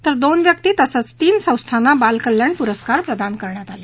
तर दोन व्यक्ती तसंच तीन संस्थांना बाल कल्याण पुरस्कार प्रदान करण्यात आले